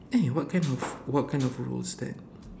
eh what kind of what kind of rules then